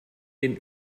den